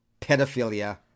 pedophilia